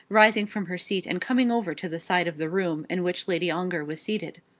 rising from her seat and coming over to the side of the room in which lady ongar was seated.